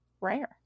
rare